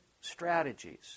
strategies